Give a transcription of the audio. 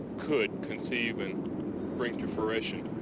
could conceive and bring to fruition,